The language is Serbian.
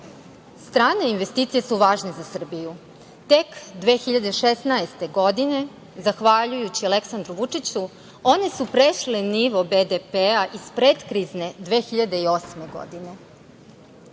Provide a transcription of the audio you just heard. Strane investicije su važne za Srbiju tek 2016. godine zahvaljujući Aleksandru Vučiću one su prešle nivo BDP-a iz predkrizne 2008. godine.Sećanja